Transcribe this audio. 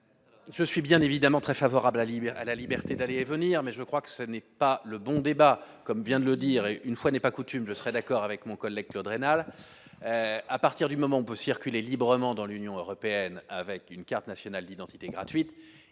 je suis bien évidemment très favorable à l'idée à la liberté d'aller et venir, mais je crois que ce n'est pas le bon débat, comme vient de le dire, une fois n'est pas coutume je serais d'accord avec mon collègue Claude rénal à partir du moment où on peut circuler librement dans l'Union européenne avec une carte nationale d'identité gratuite,